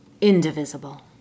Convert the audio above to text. indivisible